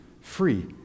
Free